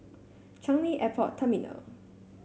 Changi Airport Terminal